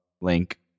link